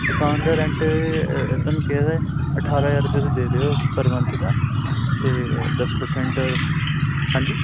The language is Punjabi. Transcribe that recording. ਦੁਕਾਨ ਦਾ ਰੈਂਟ ਤੁਹਾਨੂੰ ਕਿਹਾ ਹੋਇਆ ਅਠਾਰਾਂ ਹਜ਼ਾਰ ਰੁਪਏ ਤੁਸੀਂ ਦੇ ਦਿਓ ਪਰ ਮੰਥ ਦਾ ਅਤੇ ਦਸ ਪਰਸੈਂਟ ਹਾਂਜੀ